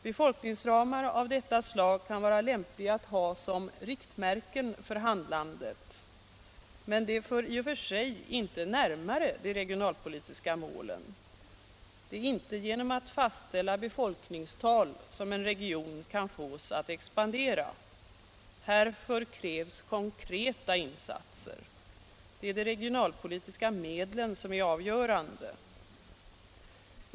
Befolkningsramar av detta slag kan vara lämpliga att ha som riktmärken för handlandet, men de leder i och för sig inte närmare de regionalpolitiska målen. Det är inte genom att fastställa befolkningstal som en region kan fås att expandera. Härför krävs konkreta insatser. Det är de regionalpolitiska medlen som är avgörande.